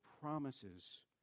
promises